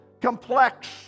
complex